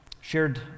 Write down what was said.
Shared